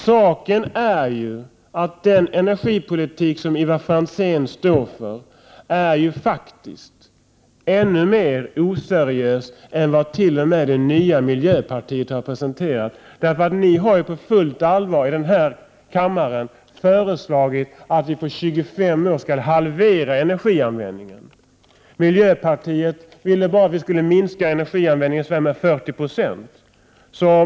Saken är att den energipolitik som Ivar Franzén står för faktiskt är ännu mer oseriös än den som det nya miljöpartiet har presenterat. Ni har på fullt allvar i denna kammare föreslagit att vi på 25 år skall halvera energianvändningen. Miljöpartiet ville bara att vi skulle minska energianvändningen med ca 40 Zo.